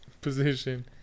position